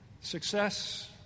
success